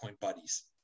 buddies